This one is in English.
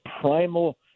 primal